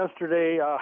yesterday